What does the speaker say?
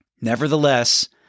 Nevertheless